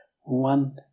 one